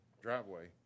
driveway